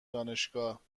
دانشگاهمی